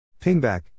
Pingback